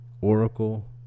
Oracle